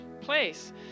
place